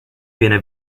viene